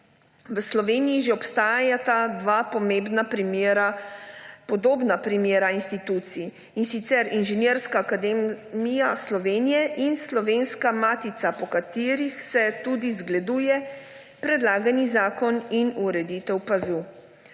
V Sloveniji že obstajata dva podobna primera institucij, in sicer Inženirska akademija Slovenije in Slovenska matica, po katerih se tudi zgleduje predlagani zakon in ureditev PAZU.